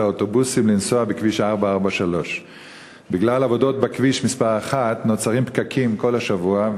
האוטובוסים לנסוע בכביש 443. בגלל עבודות בכביש 1 נוצרים פקקים כל השבוע,